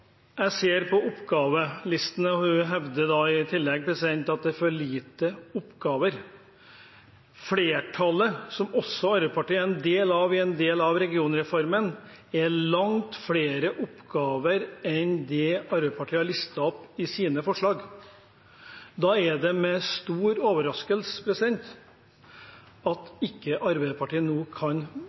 Så ser jeg på oppgavelistene, og hun hevder i tillegg at det er for lite oppgaver. Flertallet, som også Arbeiderpartiet er en del av i en del av regionreformen, er for langt flere oppgaver enn det Arbeiderpartiet har listet opp i sine forslag. Da er det en stor overraskelse at ikke Arbeiderpartiet nå kan